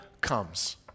comes